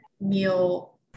meal